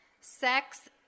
sex